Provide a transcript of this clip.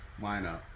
lineup